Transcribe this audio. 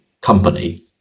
company